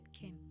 kim